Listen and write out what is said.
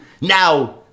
now